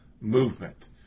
movement